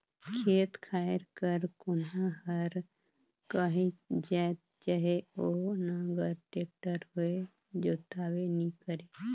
खेत खाएर कर कोनहा हर काहीच जाएत चहे ओ नांगर, टेक्टर होए जोताबे नी करे